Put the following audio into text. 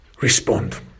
respond